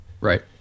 Right